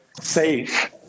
safe